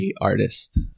artist